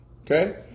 Okay